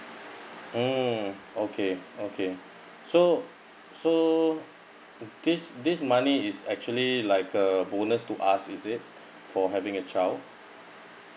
mm okay okay so so this this money is actually like a bonus to us is it for having a child